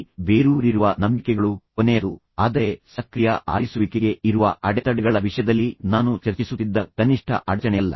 ಆಳವಾಗಿ ಬೇರೂರಿರುವ ನಂಬಿಕೆಗಳು ಕೊನೆಯದು ಆದರೆ ಸಕ್ರಿಯ ಆಲಿಸುವಿಕೆಗೆ ಇರುವ ಅಡೆತಡೆಗಳ ವಿಷಯದಲ್ಲಿ ನಾನು ಚರ್ಚಿಸುತ್ತಿದ್ದ ಕನಿಷ್ಠ ಅಡಚಣೆಯಲ್ಲ